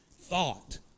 thought